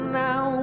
now